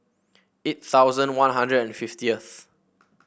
eight thousand One Hundred and fiftieth